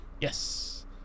Yes